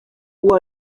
uwo